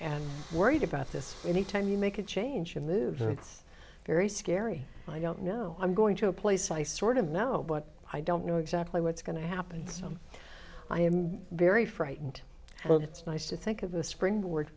and worried about this any time you make a change in mood and it's very scary i don't know i'm going to a place i sort of know but i don't know exactly what's going to happen so i am very frightened but it's nice to think of the springboard